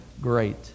great